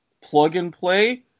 plug-and-play